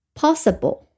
possible